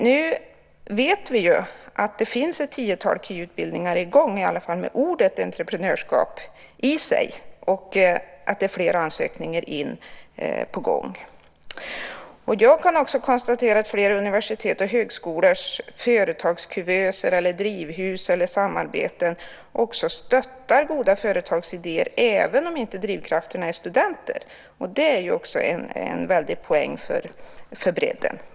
Nu vet vi att det finns ett tiotal kvalificerade yrkesutbildningar i gång där ordet entreprenörskap ingår och att det är flera ansökningar på gång. Flera universitets och högskolors företagskuvöser, drivhus och samarbeten stöttar goda företagsidéer även om det inte är studenter som driver dem.